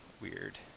weird